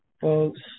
folks